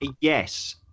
Yes